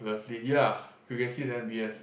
lovely ya you can see the M_b_S